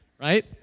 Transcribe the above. Right